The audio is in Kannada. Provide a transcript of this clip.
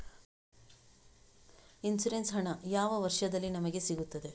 ಇನ್ಸೂರೆನ್ಸ್ ಹಣ ಯಾವ ವರ್ಷದಲ್ಲಿ ನಮಗೆ ಸಿಗುತ್ತದೆ?